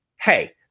hey